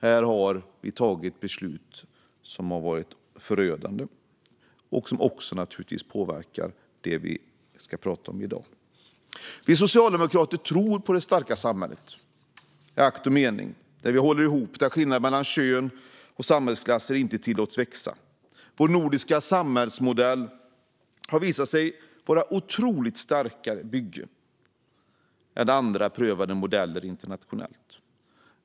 Här har vi tagit beslut som har varit förödande och som givetvis påverkar det vi pratar om i dag. Vi socialdemokrater tror på det starka samhället där vi håller ihop och där skillnader mellan kön och samhällsklasser inte tillåts växa. Den nordiska samhällsmodellen har visat sig vara ett mycket starkare bygge än andra internationellt prövade modeller.